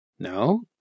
No